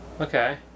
Okay